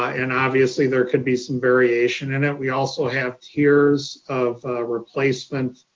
and obviously, there could be some variation in it. we also have tiers of replacement,